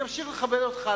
אני אמשיך לכבד אותך,